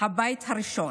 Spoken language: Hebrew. הבית הראשון.